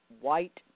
white